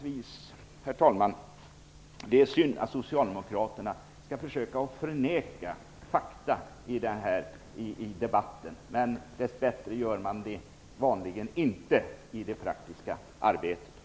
Det är sammanfattningsvis synd att Socialdemokraterna skall försöka att förneka fakta i debatten. Men dess bättre gör andra det vanligen inte i det praktiska arbetet.